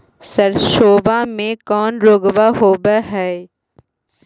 सरसोबा मे कौन रोग्बा होबय है?